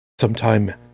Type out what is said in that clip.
sometime